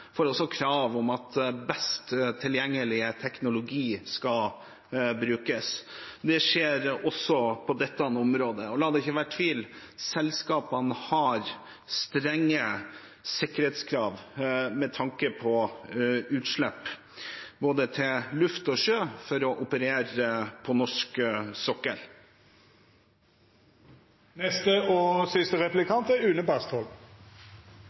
også får krav om at best tilgjengelig teknologi skal brukes. Det skjer også på dette området. Og la det ikke være tvil om at det stilles strenge sikkerhetskrav til selskapene med tanke på utslipp både til luft og til sjø for at de skal få operere på norsk